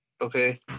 Okay